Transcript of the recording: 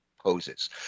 poses